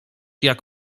jak